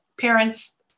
parents